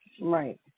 right